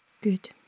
Good